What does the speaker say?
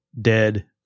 dead